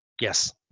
Yes